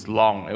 long